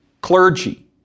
clergy